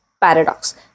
Paradox